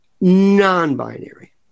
non-binary